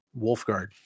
Wolfguard